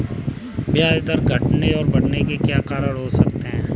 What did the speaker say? ब्याज दर के घटने और बढ़ने के क्या कारण हैं?